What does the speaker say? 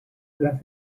las